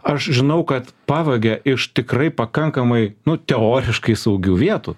aš žinau kad pavagia iš tikrai pakankamai nu teoriškai saugių vietų